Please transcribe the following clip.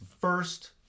first